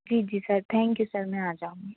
जी जी sir thank you sir मैं आ जाऊँगी